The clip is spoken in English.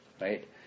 Right